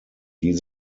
die